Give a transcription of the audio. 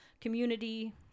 community